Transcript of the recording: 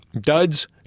Dud's